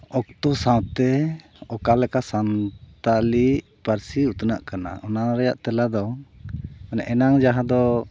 ᱚᱠᱛᱚ ᱥᱟᱶᱛᱮ ᱚᱠᱟᱞᱮᱠᱟ ᱥᱟᱱᱛᱟᱞᱤ ᱯᱟ ᱨᱥᱤ ᱩᱛᱱᱟᱹᱜ ᱠᱟᱱᱟ ᱚᱱᱟ ᱨᱮᱱᱟᱜ ᱛᱮᱞᱟ ᱫᱚ ᱢᱟᱱᱮ ᱮᱱᱟᱝ ᱡᱟᱦᱟᱸ ᱫᱚ